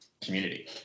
community